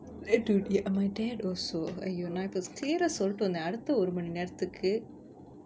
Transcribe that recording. eh dude ye~ my dad also !aiyo! நா இப்ப:naa ippa clear ah சொல்லிட்டு வந்தேன் அடுத்த ஒரு மணி நேரத்துக்கு:sollittu vanthaen adutha oru mani nerathukku